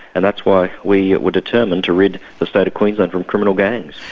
and that's why we were determined to rid the state of queensland from criminal gangs.